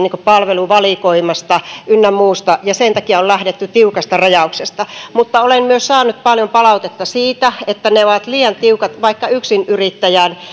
palveluvalikoimasta ynnä muusta ja sen takia on lähdetty tiukasta rajauksesta mutta olen myös saanut paljon palautetta siitä että ne ovat liian tiukat vaikka yksinyrittäjän